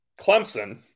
Clemson